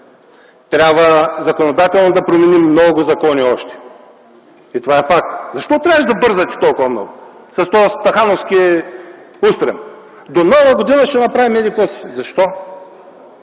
Трябва законодателно да променим още много закони и това е факт. Защо трябваше да бързате толкова много с този стахановски устрем? До Нова година ще направим еди-какво си. Защо?